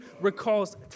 recalls